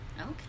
Okay